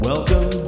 Welcome